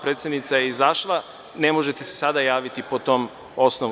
Predsednica je izašla, ne možete se sada javiti po tom osnovu.